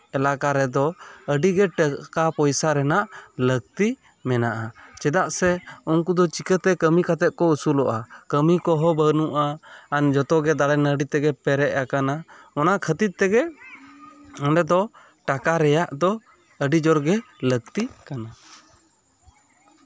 ᱮᱞᱟᱠᱟ ᱨᱮᱫᱚ ᱟᱹᱰᱤᱜᱮ ᱴᱟᱠᱟ ᱯᱚᱭᱥᱟ ᱨᱮᱱᱟᱜ ᱞᱟᱹᱠᱛᱤ ᱢᱮᱱᱟᱜᱼᱟ ᱪᱮᱫᱟᱜ ᱥᱮ ᱩᱱᱠᱩ ᱫᱚ ᱪᱤᱠᱟᱹᱛᱮ ᱠᱟᱹᱢᱤ ᱠᱟᱛᱮᱜ ᱠᱚ ᱟᱹᱥᱩᱞᱚᱜᱼᱟ ᱠᱟᱹᱢᱤ ᱠᱚᱦᱚᱸ ᱵᱟᱹᱱᱩᱜᱼᱟ ᱟᱨ ᱡᱚᱛᱚᱜᱮ ᱫᱟᱨᱮ ᱱᱟ ᱲᱤ ᱛᱮᱜᱮ ᱯᱮᱨᱮᱡ ᱟᱠᱟᱱᱟ ᱚᱱᱟ ᱠᱷᱟᱹᱛᱤᱨ ᱛᱮᱜᱮ ᱚᱸᱰᱮ ᱫᱚ ᱴᱟᱠᱟ ᱨᱮᱭᱟᱜ ᱫᱚ ᱟᱹᱰᱤ ᱡᱳᱨ ᱜᱮ ᱞᱟᱹᱠᱛᱤᱜ ᱠᱟᱱᱟ